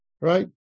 Right